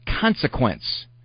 Consequence